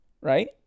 right